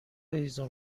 هیزم